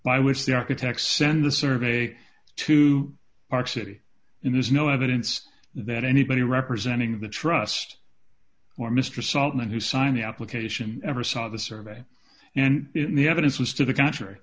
by which the architects send the survey to park city in there's no evidence that anybody representing the trust or mr solomon who signed the application ever saw the survey and the evidence was to the contr